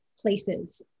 places